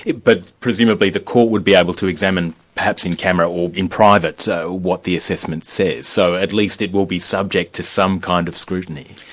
but presumably the court would be able to examine perhaps in camera or in private, so what the assessment says, so at least it will be subject to some kind of scrutiny.